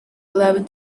eleven